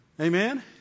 Amen